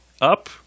up